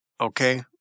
Okay